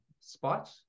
spot